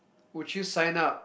would you sign up